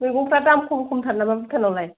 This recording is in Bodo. मैगंफ्रा दाम खम खमथार नामा भुटान आवलाय